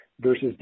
versus